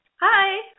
Hi